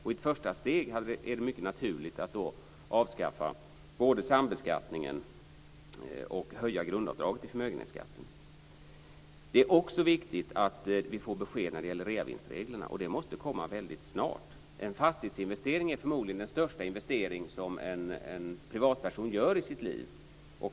I ett första steg är det naturligt att avskaffa sambeskattningen och höja grundavdraget för förmögenhetsskatt. Det är också viktigt att vi får besked när det gäller reavinstreglerna. Det måste komma väldigt snart. En fastighetsinvestering är förmodligen den största investering som en privatperson gör i sitt liv.